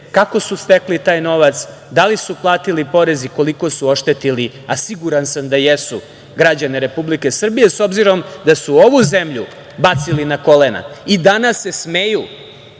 kako su stekli taj novac, da li su platili porez i koliko su oštetili, a siguran sam da jesu, građane Republike Srbije, s obzirom da su ovu zemlju bacili na kolena.I danas se smeju